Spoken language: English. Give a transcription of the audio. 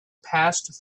passed